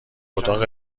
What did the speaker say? اتاق